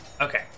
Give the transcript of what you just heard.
Okay